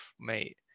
mate